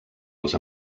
els